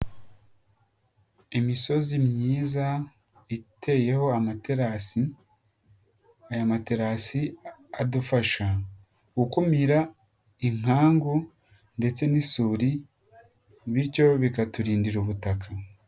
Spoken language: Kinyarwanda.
Imisozi myiza iteyeho amaterasi, aya materasi adufasha gukumira inkangu ndetse n'isuri bityo bikaturindira ubutaka.